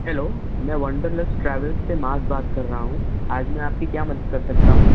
hello میں wonderless travels سے معاذ بات کر رہا ہوں آج میں آپ کی کیا مدد کرسکتا ہوں